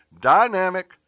dynamic